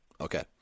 Okay